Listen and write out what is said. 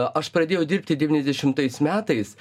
aš pradėjau dirbti devyniasdešimais metais